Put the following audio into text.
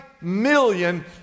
million